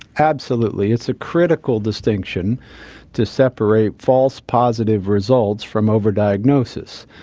absolutely, it's a critical distinction to separate false positive results from over-diagnosis.